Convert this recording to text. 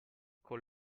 col